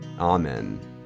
Amen